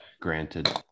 granted